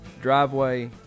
driveway